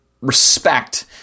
respect